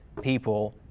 people